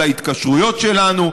על ההתקשרויות שלנו,